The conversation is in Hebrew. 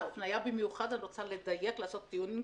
אני רוצה לדייק, לעשות פה כוונון